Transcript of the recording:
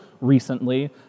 recently